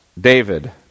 David